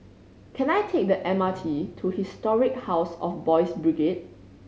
can I take the M R T to Historic House of Boys' Brigade